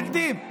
כן, מתנגדים.